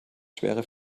schwere